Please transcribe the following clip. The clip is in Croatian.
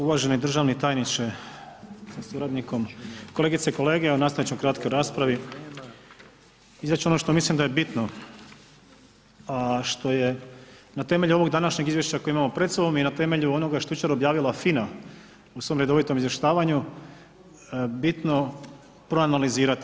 Uvaženi državni tajniče sa suradnikom, kolegice i kolege evo nastaviti ću u kratkoj raspravi izreći ću ono što mislim da je bitno, a što je na temelju ovog današnjeg izvješća koje imamo pred sobom i na temelju onoga što je jučer objavila FINA u som redovitom izvještavanju bitno proanalizirati.